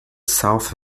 south